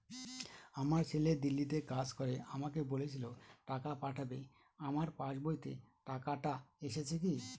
আমার ছেলে দিল্লীতে কাজ করে আমাকে বলেছিল টাকা পাঠাবে আমার পাসবইতে টাকাটা এসেছে কি?